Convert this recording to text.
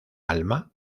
alma